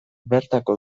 bertako